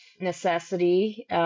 necessity